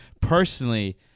personally